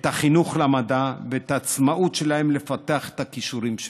את החינוך למדע ואת העצמאות שלהם לפתח את הכישורים שלהם.